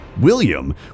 William